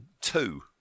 Two